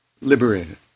liberated